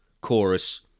chorus